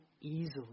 easily